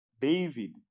David